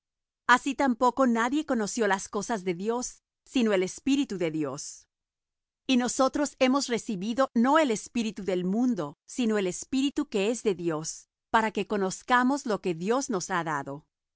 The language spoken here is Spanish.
así tampoco nadie conoció las cosas de dios sino el espíritu de dios y nosotros hemos recibido no el espíritu del mundo sino el espíritu que es de dios para que conozcamos lo que dios nos ha dado